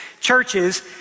churches